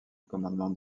commandement